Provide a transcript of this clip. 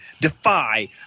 Defy